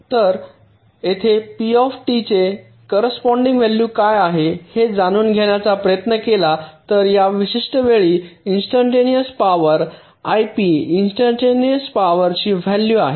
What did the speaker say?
तर येथे P T चे कॉरस्पॉन्डिन्ग व्हॅल्यू काय आहे हे जाणून घेण्याचा प्रयत्न केला तर या विशिष्ट वेळी इन्स्टंटनेअस पॉवर आयपी इन्स्टंटनेअस पॉवरची व्हॅल्यू आहे